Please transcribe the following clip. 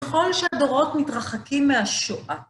ככל שהדורות מתרחקים מהשואה.